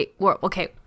okay